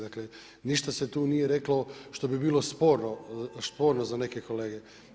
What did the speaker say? Dakle, ništa se tu nije reklo što bi bilo sporno za neke kolege.